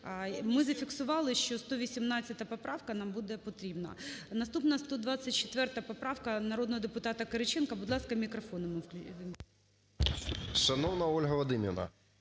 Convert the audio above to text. Ми зафіксували, що 118 поправка нам буде потрібна. Наступна 124 поправка народного депутата Кириченка. Будь ласка, мікрофон йому ввімкніть.